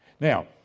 Now